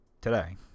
today